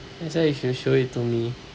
that's why you should show it to me